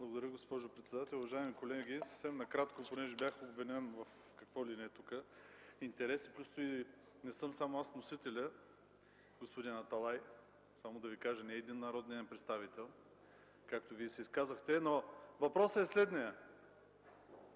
Благодаря, госпожо председател. Уважаеми колеги, съвсем накратко, понеже бях обвинен в какви ли не интереси. Плюс това не съм само аз вносителят, господин Аталай. Да Ви кажа, че не е един народният представител, както Вие се изказахте. Въпросът е следният.